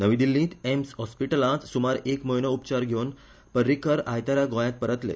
नवी दिल्लींत एम्स हॉस्पिट्लांत सुमार एक म्हयनो उपचार घेवन पर्रिकर काल गोंयात परतल्ले